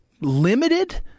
limited